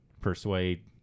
persuade